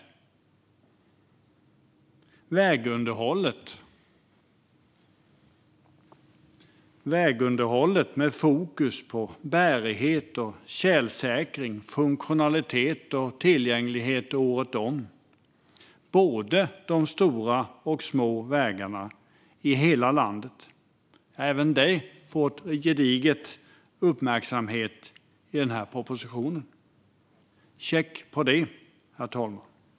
Det handlade om vägunderhållet, med fokus på bärighet och tjälsäkring samt funktionalitet och tillgänglighet året om, på både de stora och de små vägarna i hela landet. Även detta får gedigen uppmärksamhet i den här propositionen. Check på det, herr talman!